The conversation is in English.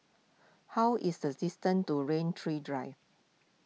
how is the distance to Rain Tree Drive